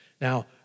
Now